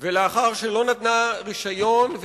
ולאחר שלא נתנה רשיון,